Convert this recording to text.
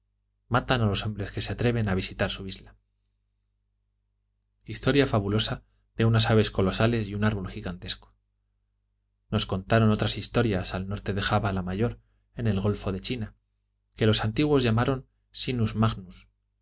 matan a los hombres que se atreven a visitar su isla historia fabulosa de unas aves colosales y un árbol gigantesco nos contaron otras historias al norte de java la mayor en el golfo de china que los antiguos llamaron sinus